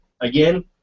Again